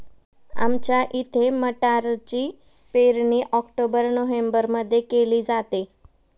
आमच्या इथे मटारची पेरणी ऑक्टोबर नोव्हेंबरमध्ये केली जाते